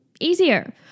easier